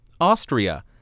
Austria